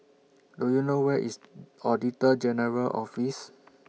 Do YOU know Where IS Auditor General's Office